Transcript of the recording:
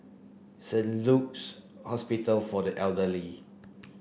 Saint Luke's Hospital for the Elderly